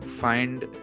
find